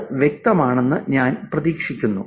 അത് വ്യക്തമാണെന്ന് ഞാൻ പ്രതീക്ഷിക്കുന്നു